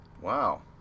Wow